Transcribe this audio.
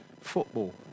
Football